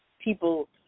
people